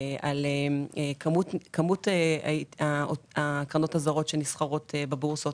על כמות הקרנות הזרות שנסחרות בבורסות.